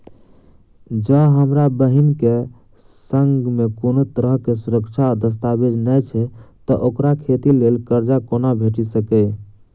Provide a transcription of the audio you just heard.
जँ हमरा बहीन केँ सङ्ग मेँ कोनो तरहक सुरक्षा आ दस्तावेज नै छै तऽ ओकरा खेती लेल करजा कोना भेटि सकैये?